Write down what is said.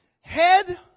head